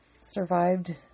survived